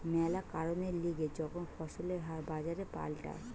ম্যালা কারণের লিগে যখন ফসলের হার বাজারে পাল্টায়